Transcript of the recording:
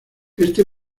este